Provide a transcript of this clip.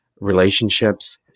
relationships